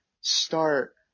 start